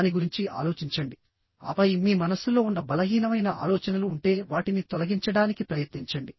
దాని గురించి ఆలోచించండి ఆపై మీ మనస్సులో ఉన్న బలహీనమైన ఆలోచనలు ఉంటే వాటిని తొలగించడానికి ప్రయత్నించండి